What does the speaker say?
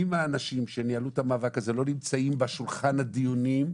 אם האנשים שניהלו את המאבק הזה לא נמצאים בשולחן הדיוני,